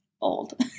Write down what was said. old